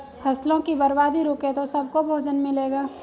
फसलों की बर्बादी रुके तो सबको भोजन मिलेगा